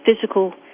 physical